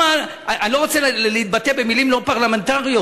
אני לא רוצה להתבטא במילים לא פרלמנטריות.